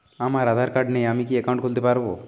আমার আধার কার্ড নেই আমি কি একাউন্ট খুলতে পারব?